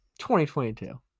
2022